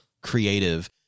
creative